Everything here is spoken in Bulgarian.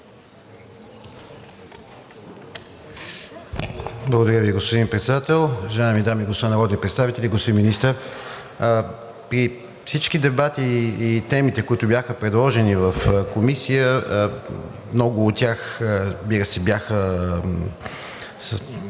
Благодаря Ви, господин Председател. Уважаеми дами и господа народни представители, господин Министър! При всички дебати и темите, които бяха предложени в Комисията, много от тях бяха подложени